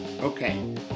Okay